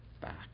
back